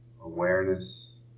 Awareness